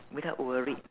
without worried